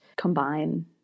combine